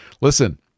Listen